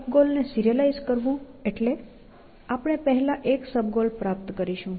સબ ગોલને સિરીઅલાઈઝ કરવું એટલે આપણે પહેલા એક સબ ગોલ પ્રાપ્ત કરીશું